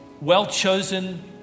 well-chosen